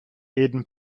eden